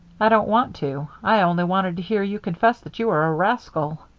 i don't want to. i only wanted to hear you confess that you are a rascal.